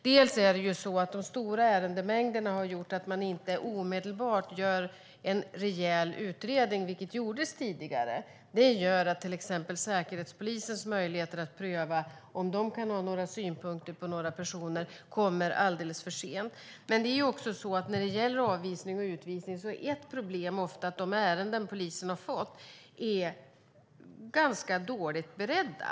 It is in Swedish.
Bland annat har de stora ärendemängderna gjort att man inte omedelbart gör en rejäl utredning, vilket gjordes tidigare. Det gör att till exempel Säkerhetspolisens möjligheter att pröva eventuella synpunkter på personer kommer alldeles för sent. När det gäller avvisning och utvisning är ofta ett problem att de ärenden som polisen har fått in är ganska dåligt beredda.